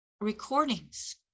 recordings